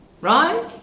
Right